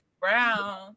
Brown